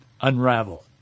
Unravel